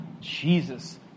Jesus